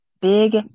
big